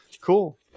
cool